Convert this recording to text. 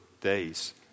days